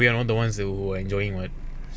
we are not the ones who enjoying what